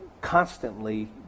constantly